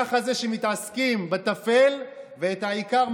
ככה זה כשמתעסקים בטפל, ואת העיקר,